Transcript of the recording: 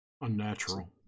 unnatural